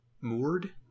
moored